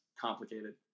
complicated